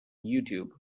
youtube